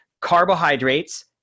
carbohydrates